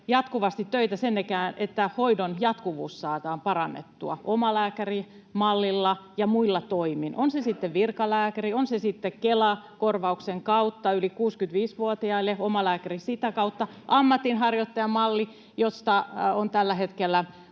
jatkuvasti töitä sen eteen, että hoidon jatkuvuutta saadaan parannettua omalääkärimallilla ja muilla toimin, on se sitten virkalääkäri, on se sitten Kela-korvauksen kautta yli 65-vuotiaille, omalääkäri sitä kautta, ammatinharjoittajamalli, josta on tällä hetkellä